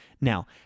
Now